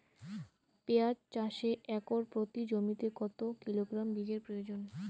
পেঁয়াজ চাষে একর প্রতি জমিতে কত কিলোগ্রাম বীজের প্রয়োজন?